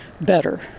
better